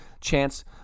chance